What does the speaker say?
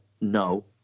no